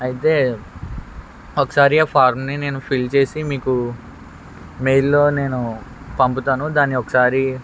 అయితే ఒకసారి ఆ ఫార్మ్ని నేను ఫిల్ చేసి మీకు మెయిల్లో నేను పంపుతాను దాన్ని ఒకసారి